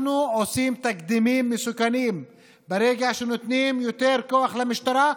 אנחנו עושים תקדימים מסוכנים ברגע שנותנים יותר כוח למשטרה.